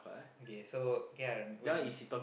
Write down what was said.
okay so okay ah when